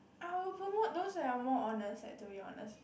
I will promote those that are more honest leh to be honest